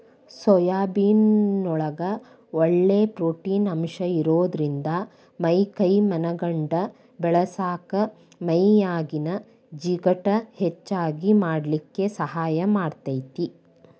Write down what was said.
soybean ನೊಳಗ ಒಳ್ಳೆ protein ಅಂಶ ಇರೋದ್ರಿಂದ ಮೈ ಕೈ ಮನಗಂಡ ಬೇಳಸಾಕ ಮೈಯಾಗಿನ ಜಿಗಟ್ ಹೆಚ್ಚಗಿ ಮಾಡ್ಲಿಕ್ಕೆ ಸಹಾಯ ಮಾಡ್ತೆತಿ